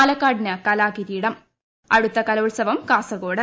പാലക്കാടിന് കലാകിരീടം അടുത്ത കലോത്സവം കാസർഗോട്ട്